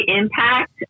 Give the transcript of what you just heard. impact